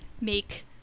make